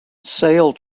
sail